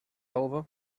over